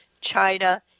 China